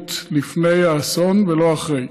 לזהירות לפני האסון ולא אחרי.